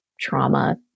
trauma